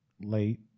late